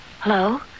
hello